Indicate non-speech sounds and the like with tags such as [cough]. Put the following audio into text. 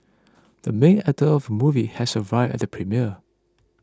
[noise] the main actor of movie has arrived at the premiere